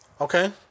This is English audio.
Okay